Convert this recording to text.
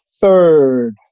Third